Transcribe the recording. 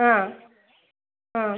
ஆ ஆ